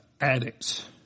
addicts